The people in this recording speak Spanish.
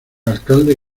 alcalde